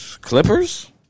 Clippers